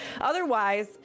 otherwise